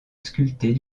sculptée